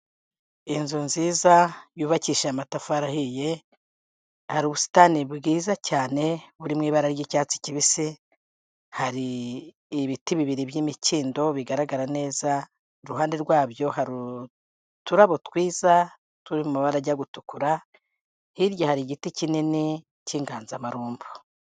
Inzu nziza yubakishije amatafari ahiye, hari ubusitani bwiza cyane buri mu ibara ry'icyatsi kibisi, hari ibiti bibiri by'imikindo bigaragara neza, iruhande rwabyo hari uturabo twiza turi mu mabara ajya gutukura, hirya hari igiti kinini k'inganzamarumbo.